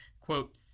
quote